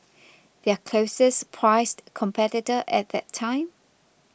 their closest priced competitor at that time